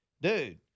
dude